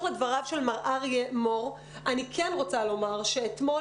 לדבריו של אריה מור אני כן רוצה לומר שאתמול